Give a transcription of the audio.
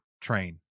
train